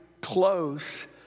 close